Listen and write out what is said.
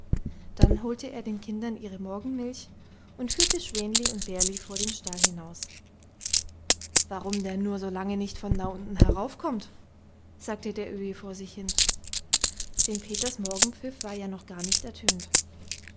dann holte er den kindern ihre morgenmilch und führte schwänli und bärli vor den stall hinaus warum der nur so lange nicht von da unten heraufkommt sagte der öhi vor sich hin denn peters morgenpfiff war ja noch gar nicht ertönt